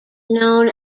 known